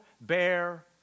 bear